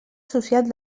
social